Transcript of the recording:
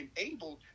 enabled